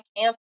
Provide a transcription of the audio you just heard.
camp